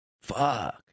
Fuck